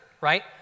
right